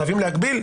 חייבים להגביל.